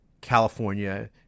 California